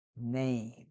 name